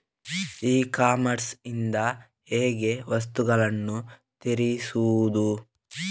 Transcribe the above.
E commerce ಇಂದ ಹೇಗೆ ವಸ್ತುಗಳನ್ನು ತರಿಸುವುದು?